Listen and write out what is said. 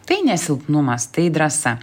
tai ne silpnumas tai drąsa